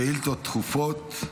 שאילתות דחופות.